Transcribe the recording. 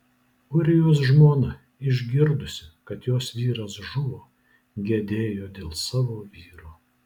ūrijos žmona išgirdusi kad jos vyras žuvo gedėjo dėl savo vyro